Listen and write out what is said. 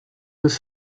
was